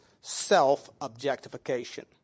self-objectification